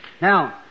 Now